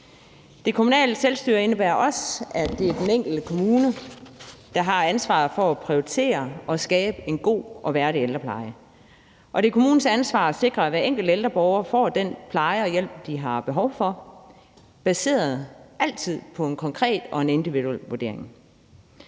Det kommunale selvstyre indebærer også, at det er den enkelte kommune, der har ansvaret for at prioritere og skabe en god og værdig ældrepleje. Og det er kommunens ansvar at sikre, at hver enkelt ældre borger får den pleje og hjælp, de har behov for, og altid baseret på en konkret og individuel vurdering.